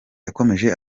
yakomeje